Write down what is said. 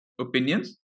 opinions